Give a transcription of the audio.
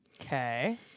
Okay